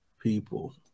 people